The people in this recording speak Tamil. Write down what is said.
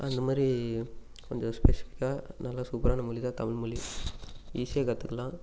அந்த மாதிரி கொஞ்சம் ஸ்பெசிஃபிக்காக நல்லா சூப்பரான மொழி தான் தமிழ்மொழி ஈஸியாக கற்றுக்குலாம்